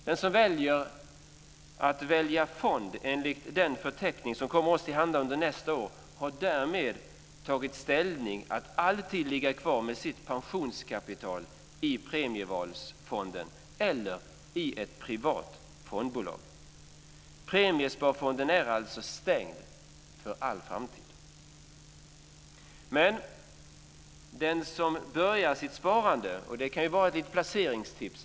Den som väljer att välja fond enligt den förteckning som kommer oss till handa under nästa år har därmed tagit ställning för att alltid ligga kvar med sitt pensionskapital i Premievalsfonden eller i ett privat fondbolag. Premiesparfonden är alltså stängd för all framtid. Det här kan vara ett litet placeringstips.